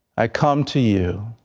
i come to you,